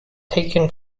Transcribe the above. taken